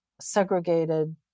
segregated